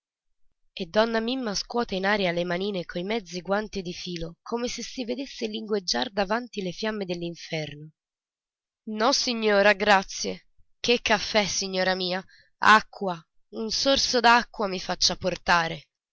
e donna mimma scuote in aria le manine coi mezzi guanti di filo come se si vedesse lingueggiar davanti le fiamme dell'inferno nossignora grazie che caffè signora mia acqua un sorso d'acqua mi faccia portare